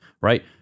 right